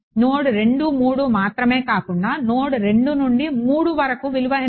node 2 3 మాత్రమే కాకుండా node 2 నుండి 3 వరకు విలువ ఎంత